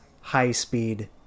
high-speed